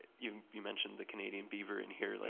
you you mentioned the canadian beaver in here. like